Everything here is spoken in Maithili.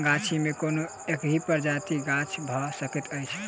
गाछी मे कोनो एकहि प्रजातिक गाछ भ सकैत अछि